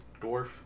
dwarf